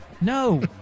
No